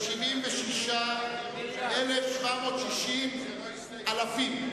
זה 76,760 אלפים.